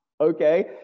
Okay